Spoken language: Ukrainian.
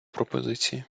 пропозиції